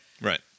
Right